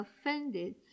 offended